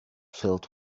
filled